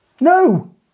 No